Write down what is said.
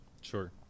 Sure